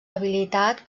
habilitat